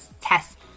test